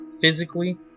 Physically